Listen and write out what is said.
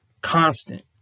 constant